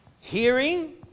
Hearing